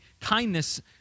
kindness